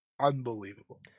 unbelievable